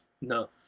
No